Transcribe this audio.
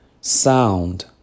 sound